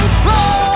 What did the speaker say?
slow